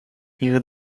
ihre